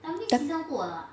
dump